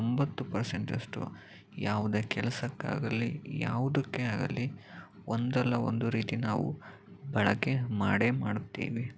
ತೊಂಬತ್ತು ಪರ್ಸೆಂಟ್ ಅಷ್ಟು ಯಾವುದೇ ಕೆಲಸಕ್ಕಾಗಲಿ ಯಾವುದಕ್ಕೆ ಆಗಲಿ ಒಂದಲ್ಲ ಒಂದು ರೀತಿ ನಾವು ಬಳಕೆ ಮಾಡೇ ಮಾಡುತ್ತೀವಿ